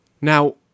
Now